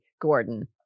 Gordon